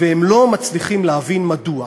והם לא מצליחים להבין מדוע.